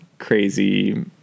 Crazy